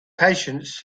patience